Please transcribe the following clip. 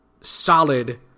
solid